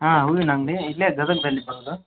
ಹಾಂ ಹೂವಿನ ಅಂಗಡಿ ಇಲ್ಲೇ ಗದಗದಲ್ಲಿ ಬರೋದು